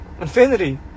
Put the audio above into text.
infinity